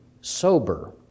sober